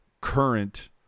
current